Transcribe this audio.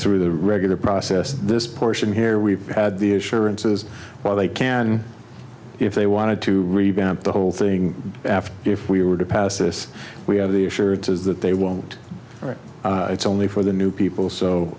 through the regular process this portion here we've had the assurances while they can if they wanted to revamp the whole thing after if we were to pass this we have the assurances that they won't it's only for the new people so